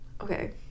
Okay